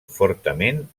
fortament